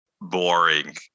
Boring